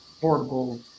portable